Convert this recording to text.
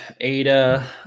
ADA